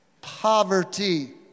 poverty